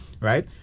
Right